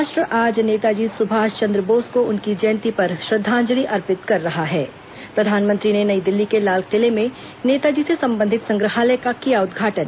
राष्ट्र आज नेताजी सुभाष चन्द्र बोस को उनकी जयंती पर श्रद्वांजलि अर्पित कर रहा है प्रधानमंत्री ने नई दिल्ली के लाल किले में नेताजी से संबंधित संग्रहालय का किया उद्घाटन